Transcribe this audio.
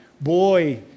boy